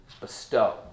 bestow